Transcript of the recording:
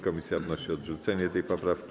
Komisja wnosi o odrzucenie tej poprawki.